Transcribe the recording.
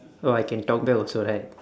oh I can talk back also right